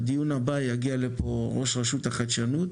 בדיון הבא יגיע לפה ראש רשות החדשנות